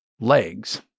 legs